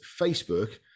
facebook